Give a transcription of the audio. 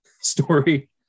story